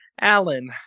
Alan